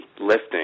lifting